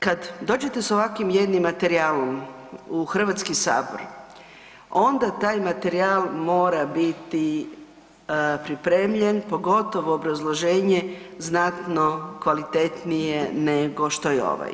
Kad dođete s ovakvim jednim materijalom u Hrvatski sabor, onda taj materijal mora biti pripremljen, pogotovo obrazloženje znatno kvalitetnije nego što je ovaj.